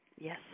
Yes